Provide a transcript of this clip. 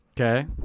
Okay